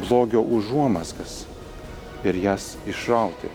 blogio užuomazgas ir jas išrauti